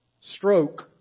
Stroke